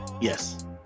Yes